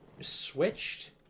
switched